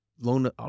loan